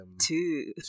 two